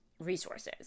resources